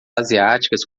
asiáticas